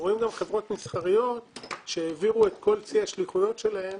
רואים גם חברות מסחריות שהעבירו את כל צי השליחויות שלהם